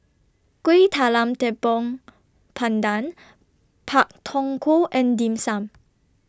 Kueh Talam Tepong Pandan Pak Thong Ko and Dim Sum